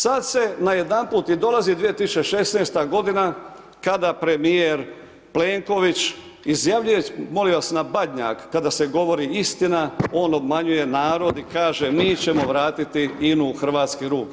Sad se najedanput i dolazi 2016. godina kada premijer Plenković izjavljuje molim vas na Badnjak kada se govori istina on obmanjuje narod i kaže mi ćemo vratiti INA-u u hrvatske ruke.